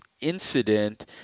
incident